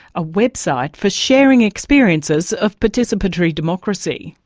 a website for sharing experiences of participatory democracy.